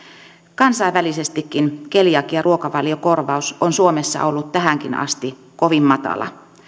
kansainvälisestikin keliakiaruokavaliokorvaus on suomessa ollut tähänkin asti kovin matala